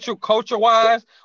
culture-wise